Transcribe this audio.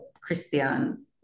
Christian